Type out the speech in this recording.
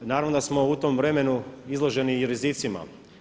Naravno da smo u tom vremenu izloženi i rizicima.